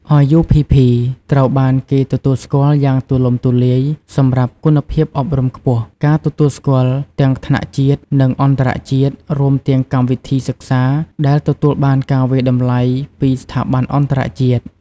RUPP ត្រូវបានគេទទួលស្គាល់យ៉ាងទូលំទូលាយសម្រាប់គុណភាពអប់រំខ្ពស់ ការទទួលស្គាល់ទាំងថ្នាក់ជាតិ និងអន្តរជាតិ រួមទាំងកម្មវិធីសិក្សាដែលទទួលបានការវាយតម្លៃពីស្ថាប័នអន្តរជាតិ។